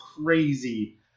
crazy